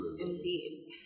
Indeed